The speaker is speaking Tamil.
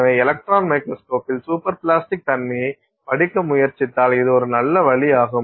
எனவே எலக்ட்ரான் மைக்ரோஸ்கோப்பில் சூப்பர் பிளாஸ்டிக் தன்மையைப் படிக்க முயற்சித்தால் இது ஒரு நல்ல வழியாகும்